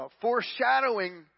foreshadowing